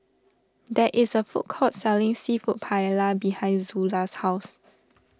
there is a food court selling Seafood Paella behind Zula's house